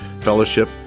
fellowship